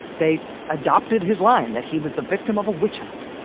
they adopted his line that he was the victim of a witch hunt.